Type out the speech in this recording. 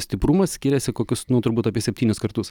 stiprumas skiriasi kokius nu turbūt apie septynis kartus